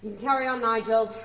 carry on, nigel.